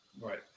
Right